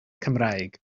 cymraeg